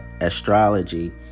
astrology